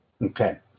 Okay